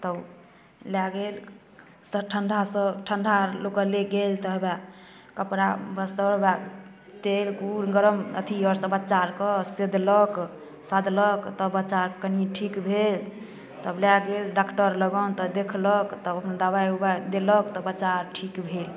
तब लऽ गेल सब ठण्डासँ ठण्डा लोकके लागि गेल तब हे वएह तऽ कपड़ा वस्तर वएह तेल कुड़ि गरम अथी सबसँ बच्चा आओरके सेदलक सादलक तब बच्चा आओर कनि ठीक भेल तब लऽ गेल डॉक्टर लगन तऽ देखलक तब हुनका दवाइ उवाइ देलक तऽ बच्चा आओर ठीक भेल